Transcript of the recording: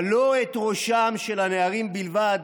אבל לא את ראשם של הנערים בלבד